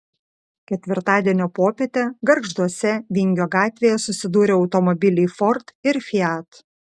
ketvirtadienio popietę gargžduose vingio gatvėje susidūrė automobiliai ford ir fiat